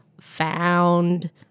found